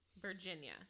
Virginia